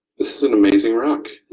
this is an amazing rock!